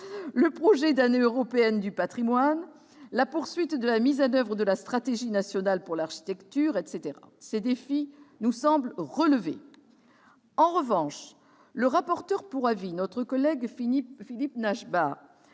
le projet d'année européenne du patrimoine, la poursuite de la mise en oeuvre de la stratégie nationale pour l'architecture, etc. Ces défis nous semblent relevés. En revanche, notre collègue Philippe Nachbar,